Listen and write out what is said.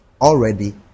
already